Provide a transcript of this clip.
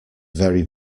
very